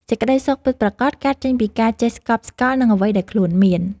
សេចក្តីសុខពិតប្រាកដកើតចេញពីការចេះស្កប់ស្កល់នឹងអ្វីដែលខ្លួនមាន។